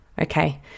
okay